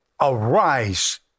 Arise